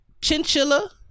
Chinchilla